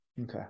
Okay